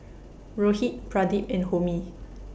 Rohit Pradip and Homi